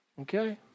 Okay